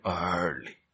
early